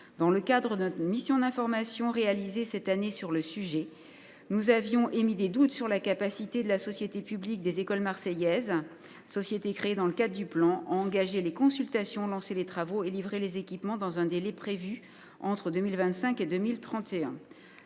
Dans le cadre de notre mission d’information réalisée cette année sur le sujet, nous avions émis des doutes sur la capacité de la Société publique des écoles marseillaises, créée dans le cadre dudit plan, à engager les consultations, lancer les travaux et livrer les équipements dans un délai prévu entre 2025 et 2031.